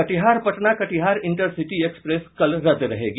Katihar Patna Katihar intercity express कल रद्द रहेगी